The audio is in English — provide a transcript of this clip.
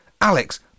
Alex